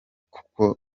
kuko